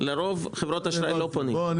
לרוב, חברות אשראי לא פונות.